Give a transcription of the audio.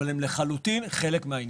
אבל הם לחלוטין חלק מהעניין.